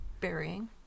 burying